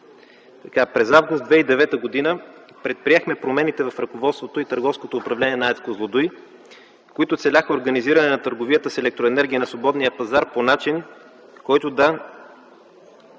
През м. август 2009 г. предприехме промените в ръководството и търговското управление на АЕЦ „Козлодуй”, които целяха организиране на търговията с електроенергия на свободния пазар по начин, който да